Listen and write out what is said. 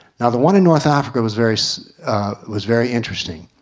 now the one in north africa was very so was very interesting.